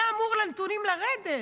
הנתונים היו אמורים לרדת,